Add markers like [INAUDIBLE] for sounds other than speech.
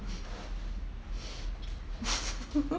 [LAUGHS]